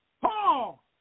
Paul